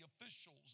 officials